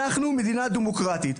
אנחנו מדינה דמוקרטית,